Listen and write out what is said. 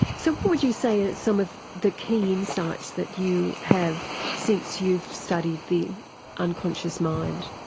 so what would you say is some of the key insights that you have since you've studied the unconscious mind?